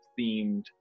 themed